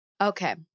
Okay